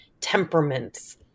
temperaments